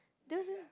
that was in